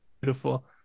beautiful